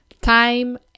Time